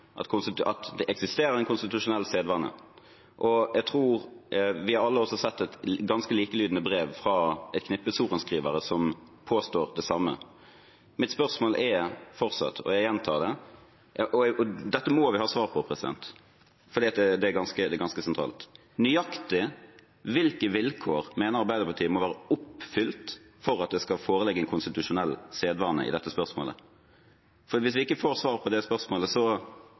at det eksisterer en konstitusjonell sedvane, og jeg tror vi alle har sett et ganske likelydende brev fra et knippe sorenskrivere som påstår det samme. Mitt spørsmål er fortsatt, jeg gjentar det, og dette må vi ha svar på, for det er ganske sentralt: Nøyaktig hvilke vilkår mener Arbeiderpartiet må være oppfylt for at det skal foreligge en konstitusjonell sedvane i dette spørsmålet? Hvis vi ikke får svar på det spørsmålet,